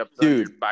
dude